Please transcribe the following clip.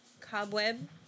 Cobweb